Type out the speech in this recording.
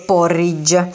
Porridge